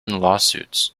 lawsuits